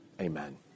Amen